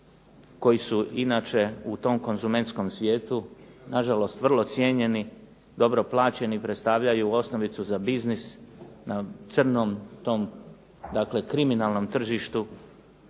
koji su inače u tom konzumentskom svijetu na žalost vrlo cijenjeni, dobro plaćeni i predstavljaju osnovicu za biznis na crnom tom dakle kriminalnom tržištu